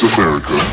America